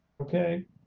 Okay